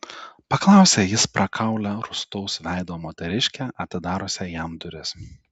paklausė jis prakaulią rūstaus veido moteriškę atidariusią jam duris